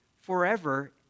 Forever